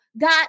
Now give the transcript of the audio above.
got